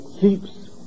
keeps